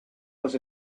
was